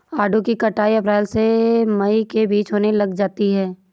आड़ू की कटाई अप्रैल से मई के बीच होने लग जाती है